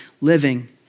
living